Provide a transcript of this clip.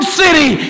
city